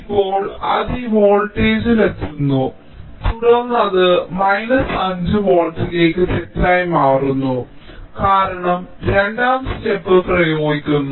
ഇപ്പോൾ അത് ഈ വോൾട്ടേജിൽ എത്തുന്നു തുടർന്ന് അത് മൈനസ് 5 വോൾട്ടിലേക്ക് തെറ്റായി മാറുന്നു കാരണം രണ്ടാം ഘട്ടം പ്രയോഗിക്കുന്നു